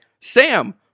Sam